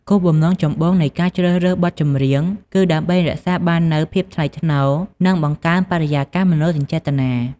គោលបំណងចម្បងនៃការជ្រើសរើសបទចម្រៀងគឺដើម្បីរក្សាបាននូវភាពថ្លៃថ្នូរ និងបង្កើនបរិយាកាសមនោសញ្ចេតនា។